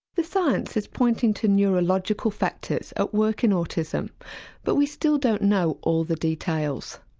the science is pointing to neurological factors at work in autism but we still don't know all the details.